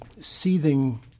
seething